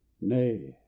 nay